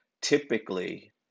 typically